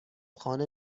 خانه